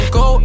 go